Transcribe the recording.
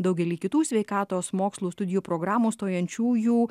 daugelį kitų sveikatos mokslų studijų programų stojančiųjų